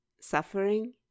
Suffering